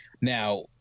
Now